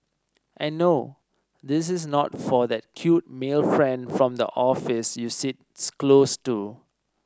and no this is not for that cute male friend from the office you sits close to